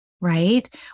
right